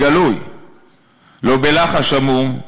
לא בלחש עמום,